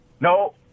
No